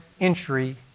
entry